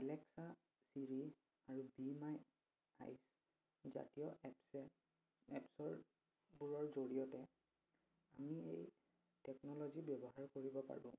Alexa Siri আৰু বি মাই আইছ জাতীয় এপচে এপছৰবোৰৰ জৰিয়তে আমি এই টেকন'ল'জি ব্যৱহাৰ কৰিব পাৰোঁ